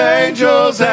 angels